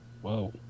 Whoa